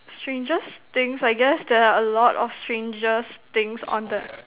strangest things I guess there are a lot of strangest things on the